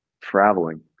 traveling